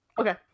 Okay